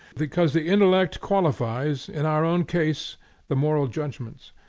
because the intellect qualifies in our own case the moral judgments.